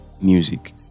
music